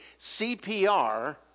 CPR